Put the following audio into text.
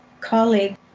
colleague